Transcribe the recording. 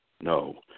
no